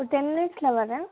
ஒரு டென் மினிட்ஸில் வரேன்